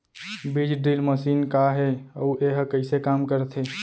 बीज drill machine का हे अऊ एहा कइसे काम करथे?